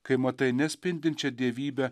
kai matai ne spindinčią dievybę